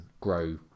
grow